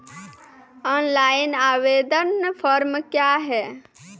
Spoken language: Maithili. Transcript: ऑनलाइन आवेदन फॉर्म क्या हैं?